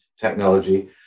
technology